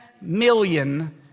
million